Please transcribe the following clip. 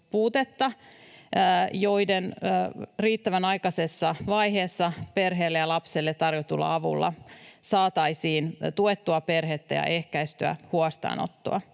palvelupuutetta — riittävän aikaisessa vaiheessa perheelle ja lapselle tarjotulla avulla saataisiin tuettua perhettä ja ehkäistyä huostaanottoa.